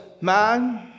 Man